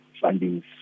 funding